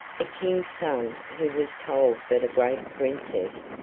the king's son who was told that a great princess,